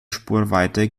spurweite